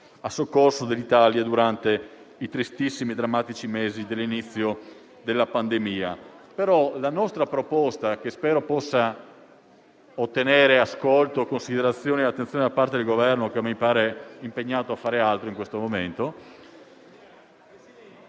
in soccorso dell'Italia durante i tristissimi e drammatici mesi dell'inizio della pandemia. Spero che la nostra proposta possa ottenere ascolto, considerazione e attenzione da parte del Governo, che mi pare impegnato a fare altro in questo momento.